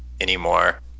anymore